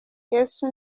yesu